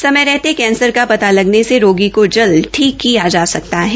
समय रहने कैंसर का पता लगाने से रोगी को जल्द ठीक किया जा सकता है